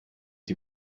die